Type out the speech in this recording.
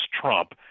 Trump